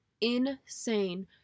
insane